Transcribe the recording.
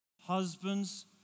Husbands